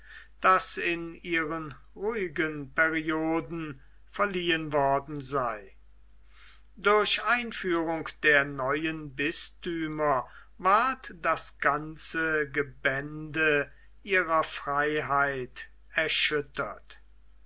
das in ihren ruhigen perioden verliehen worden sei durch einführung der neuen bisthümer ward das ganze gebäude ihrer freiheit erschüttert